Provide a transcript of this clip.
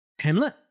Hamlet